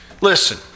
Listen